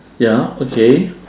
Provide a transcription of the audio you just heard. ya okay